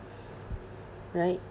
right